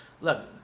look